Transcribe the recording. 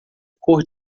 cor